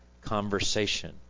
conversation